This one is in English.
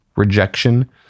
rejection